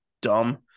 dumb